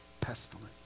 Pestilence